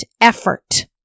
effort